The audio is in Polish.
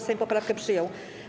Sejm poprawkę przyjął.